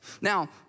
Now